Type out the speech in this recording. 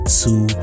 two